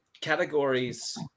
categories